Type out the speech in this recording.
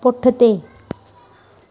पुठिते